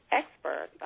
expert